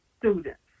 students